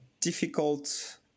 difficult